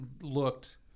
looked